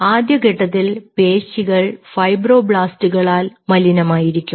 ആദ്യഘട്ടത്തിൽ പേശികൾ ഫൈബ്രോബ്ലാസ്റ്റുകളാൽ മലിന മായിരിക്കും